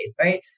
right